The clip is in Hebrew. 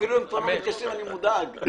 אפילו לא נכנסים, נהייתי מודאג.